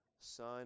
Son